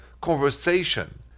conversation